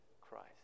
Christ